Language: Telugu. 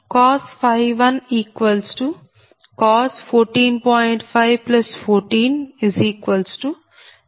514 0